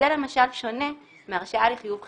זה למשל שונה מהרשאה לחיוב חשבון,